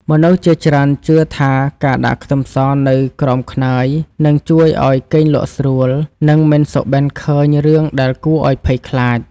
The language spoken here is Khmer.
មនុស្សជាច្រើនជឿថាការដាក់ខ្ទឹមសនៅក្រោមខ្នើយនឹងជួយឱ្យគេងលក់ស្រួលនិងមិនសុបិនឃើញរឿងដែលគួរឱ្យភ័យខ្លាច។